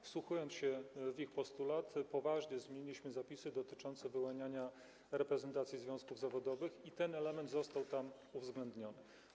Wsłuchując się w ich postulaty, poważnie zmieniliśmy zapisy dotyczące wyłaniania reprezentacji związków zawodowych i ten element został tam uwzględniony.